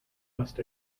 must